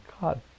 God